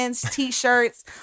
T-shirts